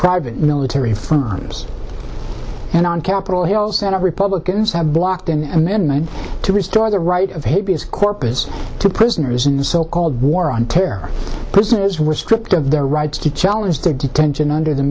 private military from times and on capitol hill senate republicans have blocked in amendment to restore the right of habeas corpus to prisoners in the so called war on terror prisoners who were stripped of their rights to challenge their detention under the